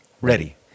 ready